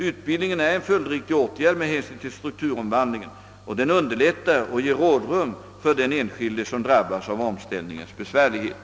Utbildningen är en följdriktig åtgärd med hänsyn till strukturomvandlingen, och den underlättar och ger rådrum för den enskilde som drabbas av omställningens besvärligheter.